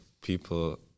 people